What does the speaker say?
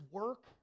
work